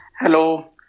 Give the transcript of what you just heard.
Hello